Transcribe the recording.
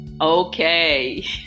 okay